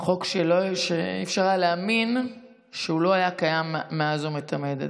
חוק שלא היה אפשר להאמין שהוא לא היה קיים מאז ומתמיד.